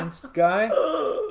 guy